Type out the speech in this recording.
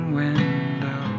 window